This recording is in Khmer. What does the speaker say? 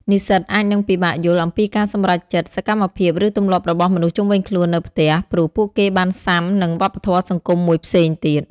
និស្សិតអាចនឹងពិបាកយល់ អំពីការសម្រេចចិត្ត សកម្មភាព ឬទម្លាប់របស់មនុស្សជុំវិញខ្លួននៅផ្ទះ ព្រោះពួកគេបានស៊ាំនឹងវប្បធម៌សង្គមមួយផ្សេងទៀត។